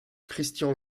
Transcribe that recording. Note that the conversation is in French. christian